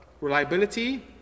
reliability